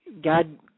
God